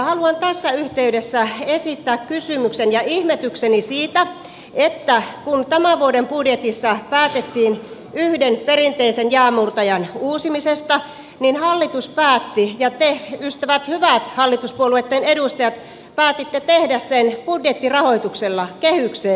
haluan tässä yhteydessä esittää kysymyksen ja ihmetykseni siitä että kun tämän vuoden budjetissa päätettiin yhden perinteisen jäänmurtajan uusimisesta niin hallitus päätti ja te ystävät hyvät hallituspuolueitten edustajat päätitte tehdä sen budjettirahoituksella kehykseen